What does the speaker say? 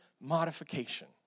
modification